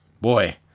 boy